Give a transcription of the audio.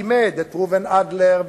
לימד את ראובן אדלר,